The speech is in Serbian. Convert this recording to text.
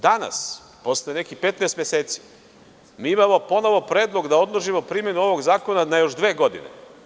Danas, posle nekih 15 meseci mi imamo ponovo predlog da odložimo primenu ovog zakona na još dve godine.